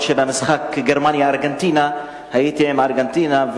אף-על-פי שבמשחק גרמניה-ארגנטינה הייתי עם ארגנטינה,